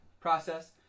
process